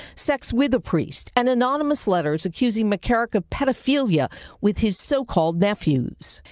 sex with a priest, and anonymous letters accusing mccarrick of pedophilia with his so-called nephews.